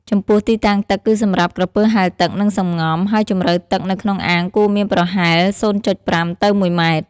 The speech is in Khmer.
ចំពោះទីតាំងទឹក គឺសម្រាប់ក្រពើហែលទឹក និងសម្ងំ ហើយជម្រៅទឹកនៅក្នុងអាងគួរមានប្រហែល ០.៥ ទៅ១ ម៉ែត្រ។